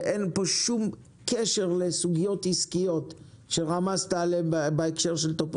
אין פה שום קשר לסוגיות עסקיות שרמזת עליהן בהקשר של טופורובסקי.